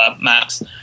maps